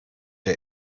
der